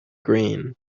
green